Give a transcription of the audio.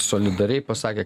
solidariai pasakė